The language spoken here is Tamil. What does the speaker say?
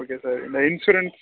ஓகே சார் இந்த இன்சூரன்ஸ்